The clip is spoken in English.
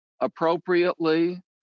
appropriately